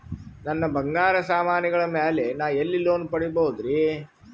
ನನ್ನ ಬಂಗಾರ ಸಾಮಾನಿಗಳ ಮ್ಯಾಲೆ ನಾ ಎಲ್ಲಿ ಲೋನ್ ಪಡಿಬೋದರಿ?